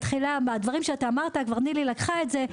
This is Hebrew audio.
בתחילת הדברים שאמרת נילי לקחה את זה,